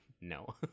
No